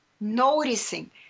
noticing